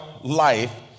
life